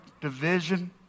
division